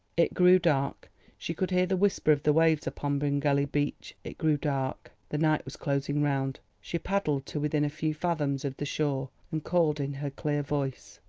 it grew dark she could hear the whisper of the waves upon bryngelly beach. it grew dark the night was closing round. she paddled to within a few fathoms of the shore, and called in her clear voice.